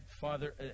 father